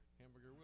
Hamburger